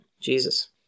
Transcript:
Jesus